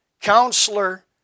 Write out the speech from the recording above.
Counselor